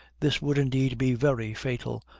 this would, indeed, be very fatal,